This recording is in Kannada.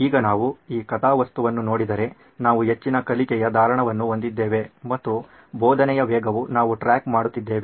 ಈಗ ನಾವು ಈ ಕಥಾವಸ್ತುವನ್ನು ನೋಡಿದರೆ ನಾವು ಹೆಚ್ಚಿನ ಕಲಿಕೆಯ ಧಾರಣವನ್ನು ಹೊಂದಿದ್ದೇವೆ ಮತ್ತು ಬೋಧನೆಯ ವೇಗವು ನಾವು ಟ್ರ್ಯಾಕ್ ಮಾಡುತ್ತಿದ್ದೇವೆ